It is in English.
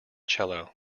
cello